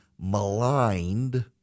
maligned